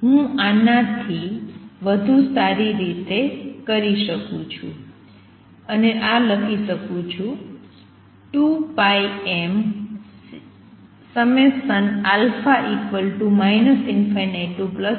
હું આનાથી વધુ સારી રીતે કરી શકું છું અને આ લખી શકું છું 2πmα ∞nαn|Cnαn |2 2πmα ∞|Cnn α